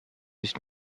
nicht